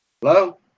Hello